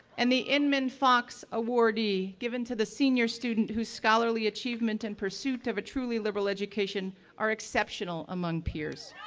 and the inman fox awardee, given to the senior student whose scholarly achievement in pursuit of a truly liberal education are exceptional among peers.